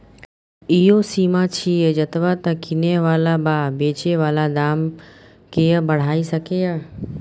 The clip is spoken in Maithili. ई ओ सीमा छिये जतबा तक किने बला वा बेचे बला दाम केय बढ़ाई सकेए